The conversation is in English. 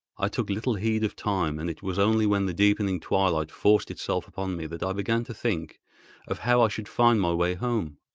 i took little heed of time and it was only when the deepening twilight forced itself upon me that i began to think of how i should find my way home.